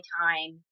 time